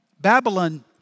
Babylon